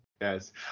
Yes